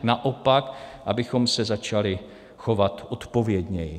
Naopak, abychom se začali chovat odpovědněji.